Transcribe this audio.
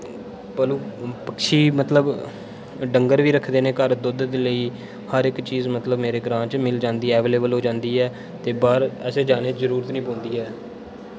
और चीज मतलब डंगर बी रक्खदे न घर दूध लेई हर इक चीज मतलब मेरे ग्रां च मिल जांदी ऐ अवेलेबल हो जांदी ऐ ते बाह्र असेंगी जाने जरूरत निं पेंदी ऐ